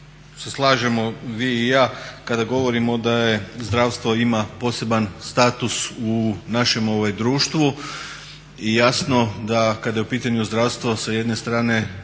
slažemo vi i ja kada govorimo da je zdravstvo ima poseban status u našem društvu i jasno da kada je u pitanju zdravstvo sa jedne strane